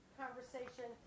conversation